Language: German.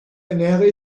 ernähre